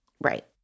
Right